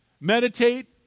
meditate